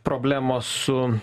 problemos su